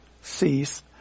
cease